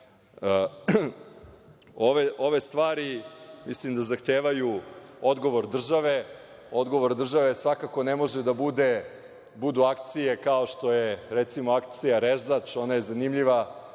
stvari mislim da zahtevaju odgovor države. Odgovor države svakako ne mogu da budu akcije kao što je recimo, akcija „Rezač“. Ona je zanimljiva,